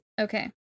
Okay